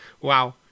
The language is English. Wow